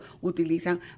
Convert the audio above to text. utilizan